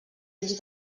ulls